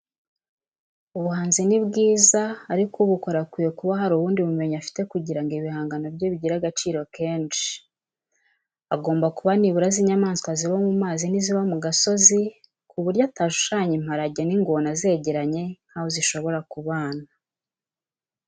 Ubuhanzi ni bwiza, ariko ubukora akwiye kuba hari ubundi bumenyi afite kugira ngo ibihangano bye bigire agaciro kenshi, agomba kuba nibura azi inyamaswa ziba mu mazi n'iziba mu gasozi, ku buryo atashushanya imparage n'ingona zegeranye nk'aho zishobora kubana.